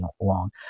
long